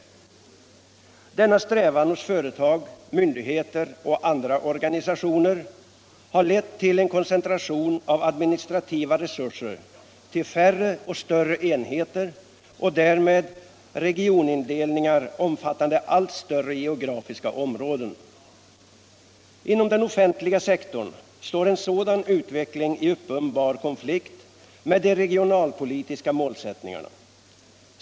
Denna strävan hos företag, myndigheter och andra organisationer har lett till en koncen — Nr 133 tration av administrativa resurser till färre och större enheter och därmed Torsdagen den regionindelningar omfattande allt större geografiska områden. Inom den 20 maj 1976 offentliga sektorn står en sådan utveckling i uppenbar konflikt medde regionalpolitiska målsättningarna.